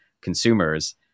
consumers